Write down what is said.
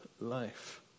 life